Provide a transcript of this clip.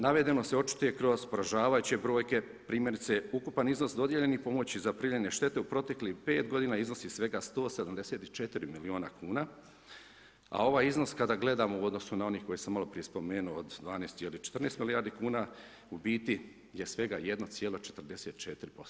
Navedeno se očituje kroz poražavajuće brojke, primjerice, ukupni iznos dodijeljenih pomoći za prijavljene štete u proteklih 5 g. iznosi svega 174 milijuna kn, a ovaj iznos kada gledamo u odnosu na onaj, koji sam maloprije spomenuo, od 12 ili 14 milijardi kn, je u biti svega 1,44%